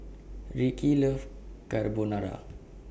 Rickey loves Carbonara